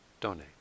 donate